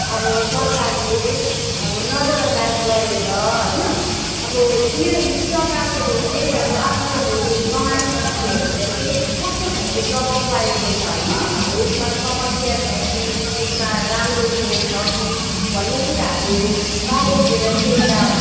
अब सरकारले अब नजरअन्दाज गरेर होइन अब यो यो प्रकारकोले चाहिँ अब आफ्नो यो कमानवासीहरूलाई चाहिँ कस्तो खालको प्रभाव पारेको छ होइन अब यसमा समस्या छ कि न यसमा राम्रोको छ कि भन्ने कुराहरूबारे लिएर चाहिँ एउटा